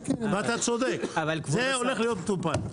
ואתה צודק, זה הולך להיות מטופל.